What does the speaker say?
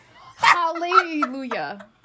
Hallelujah